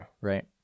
Right